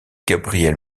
gabriel